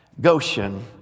Goshen